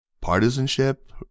partisanship